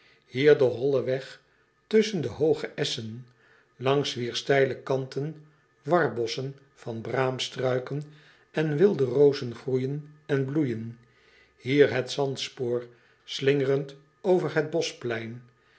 hier de holle weg tusschen de hooge esschen langs wier steile kanten warbosschen van braamstruiken en wilde rozen groeijen en bloeijen hier het zandspoor slingerend over het bosehplein